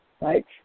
right